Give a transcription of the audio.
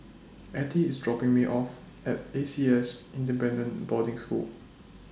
Ettie IS dropping Me off At A C S Independent Boarding School